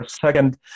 second